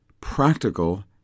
practical